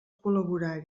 col·laborar